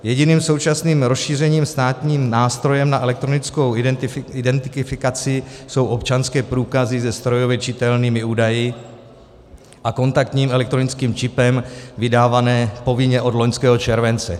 Jediným současným rozšířeným státním nástrojem na elektronickou identifikaci jsou občanské průkazy se strojově čitelnými údaji a kontaktním elektronickým čipem, vydávané povinně od loňského července.